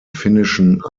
finnischen